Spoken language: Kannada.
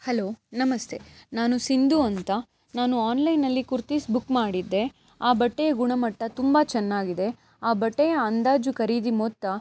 ಹಲೋ ನಮಸ್ತೆ ನಾನು ಸಿಂಧು ಅಂತ ನಾನು ಆನ್ಲೈನ್ನಲ್ಲಿ ಕುರ್ತೀಸ್ ಬುಕ್ ಮಾಡಿದ್ದೆ ಆ ಬಟ್ಟೆಯ ಗುಣಮಟ್ಟ ತುಂಬ ಚೆನ್ನಾಗಿದೆ ಆ ಬಟ್ಟೆಯ ಅಂದಾಜು ಖರೀದಿ ಮೊತ್ತ